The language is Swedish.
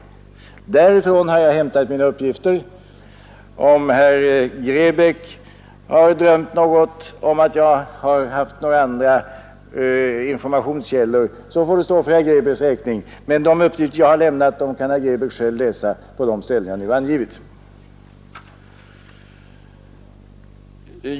Därifrån har jag hämtat mina uppgifter. Om herr Grebäck har drömt något om att jag har haft några andra informationskällor, så får det stå för herr Grebäcks räkning. De uppgifter jag har lämnat kan herr Grebäck själv läsa på de ställen som jag nu har angivit.